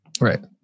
Right